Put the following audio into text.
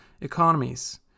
economies